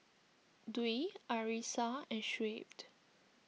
Dwi Arissa and Shuib